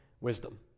wisdom